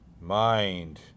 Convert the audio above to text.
mind